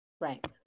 right